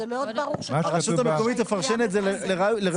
הרשות המקומית תפרשן את זה כראות עיניה.